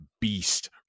beast